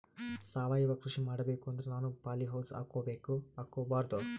ಸಾವಯವ ಕೃಷಿ ಮಾಡಬೇಕು ಅಂದ್ರ ನಾನು ಪಾಲಿಹೌಸ್ ಹಾಕೋಬೇಕೊ ಹಾಕ್ಕೋಬಾರ್ದು?